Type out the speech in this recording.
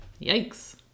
Yikes